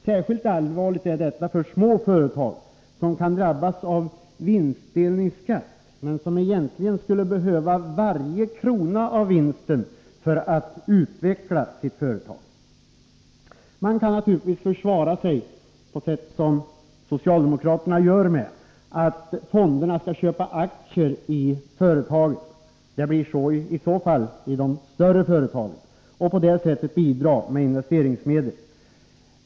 Särskilt allvarligt är detta för små företag, som kan drabbas av vinstdelningsskatt, men som egentligen skulle behöva varje krona av vinsten för att utveckla sitt företag. Man kan naturligtvis försvara sig, som socialdemokraterna gör, med att fonderna skall köpa aktier i företagen — det blir i så fall i de större företagen — och på det sättet bidra med investeringsmedel.